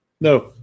No